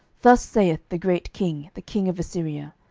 thus saith the great king, the king of assyria,